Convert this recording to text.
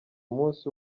munsi